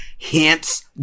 hence